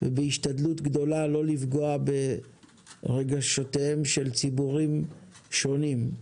ובהשתדלות גדולה לא לפגוע ברגשותיהם של ציבורים שונים,